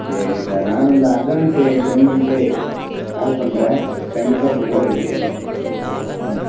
சரி சார் நானும் அந்த அட்வான்ஸு செண்ட் பண்ணிட்டு கால் பண்ணுறேன் கண்டிப்பாக மொபைல் எடுக்கிறேன் ஆ